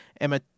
Emma